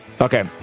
Okay